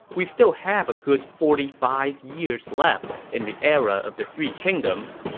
we still have a good forty five years left in the era of the three kingdoms.